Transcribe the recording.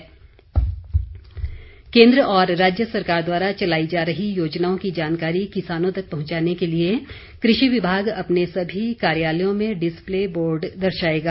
वीरेन्द्र कंवर केन्द्र और राज्य सरकार द्वारा चलाई जा रही योजनाओं की जानकारी किसानों तक पहुंचाने के लिए कृषि विमाग अपने सभी कार्यालयों में डिस्पले बोर्ड दर्शाएगा